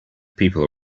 people